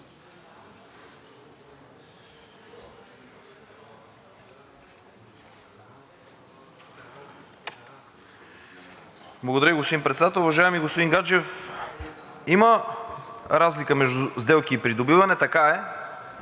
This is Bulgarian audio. Благодаря, господин Председател. Уважаеми господин Гаджев, има разлика между „сделки“ и „придобиване“, така е,